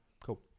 Cool